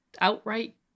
outright